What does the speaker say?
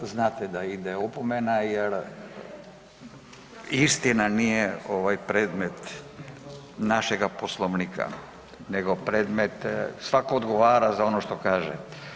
Znate da ide opomena jer istina nije predmet našega Poslovnika nego predmet, svatko odgovara za ono što kaže.